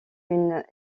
une